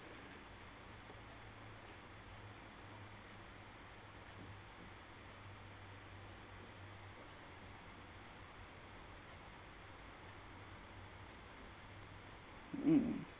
mm